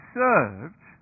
served